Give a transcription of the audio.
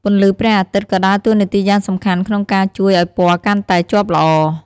ពន្លឺព្រះអាទិត្យក៏ដើរតួនាទីយ៉ាងសំខាន់ក្នុងការជួយឱ្យពណ៌កាន់តែជាប់ល្អ។